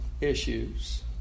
issues